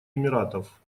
эмиратов